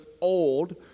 old